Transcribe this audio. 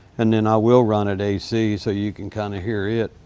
and then i will run it ac so you can kinda hear it.